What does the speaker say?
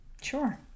Sure